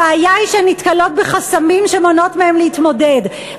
הבעיה שהן נתקלות בחסמים שמונעים מהן להתמודד,